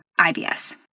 IBS